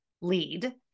lead